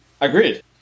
Agreed